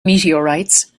meteorites